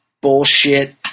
bullshit